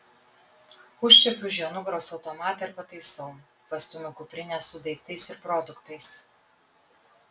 užčiuopiu už jo nugaros automatą ir pataisau pastumiu kuprinę su daiktais ir produktais